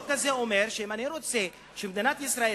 החוק הזה אומר שאם אני רוצה שמדינת ישראל